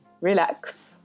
relax